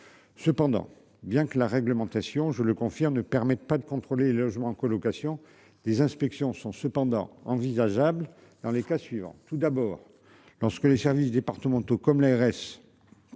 Cependant, bien que la réglementation, je le confirme ne pas de contrôler en colocation des inspections sont cependant envisageable dans les cas suivants, tout d'abord lorsque les services départementaux comme l'ARS.